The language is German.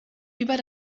über